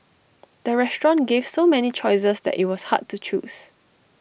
the restaurant gave so many choices that IT was hard to choose